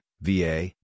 VA